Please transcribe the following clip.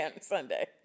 Sunday